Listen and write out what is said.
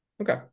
Okay